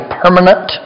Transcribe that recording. permanent